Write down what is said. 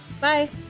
Bye